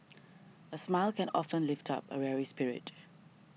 a smile can often lift up a weary spirit